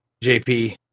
jp